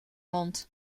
mond